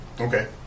Okay